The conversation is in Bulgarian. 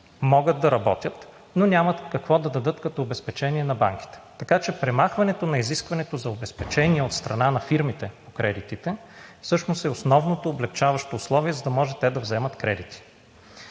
могат да работят, но нямат какво да дадат като обезпечение на банките. Така че премахването на изискването за обезпечение от страна на фирмите по кредитите всъщност е основното облекчаващо условие, за да може те да вземат кредити.